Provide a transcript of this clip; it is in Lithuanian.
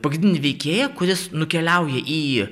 pagrindinį veikėją kuris nukeliauja į